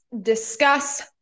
discuss